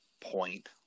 point